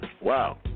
Wow